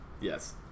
Yes